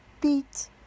beat